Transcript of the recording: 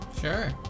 Sure